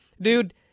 Dude